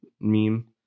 meme